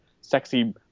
sexy